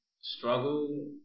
Struggle